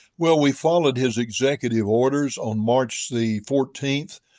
well, we followed his executive orders. on march the fourteenth,